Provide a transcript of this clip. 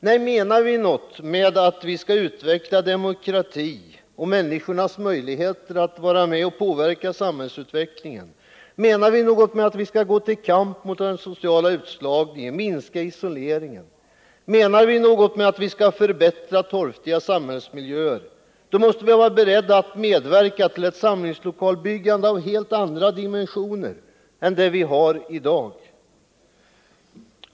Nej, menar vi något med att vi skall utveckla demokratin och människornas möjligheter att vara med och påverka samhällsutvecklingen. menar vi något med att vi skall gå till kamp mot den sociala utslagningen, minska isoleringen, menar vi något med att vi skall förbättra torftiga samhällsmiljöer, då måste vi vara beredda att medverka till ett samlingslokalsbyggande av helt andra dimensioner än det vi har i dag.